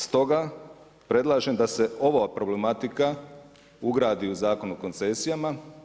Stoga predlažem da se ova problematika ugradi u Zakon o koncesijama.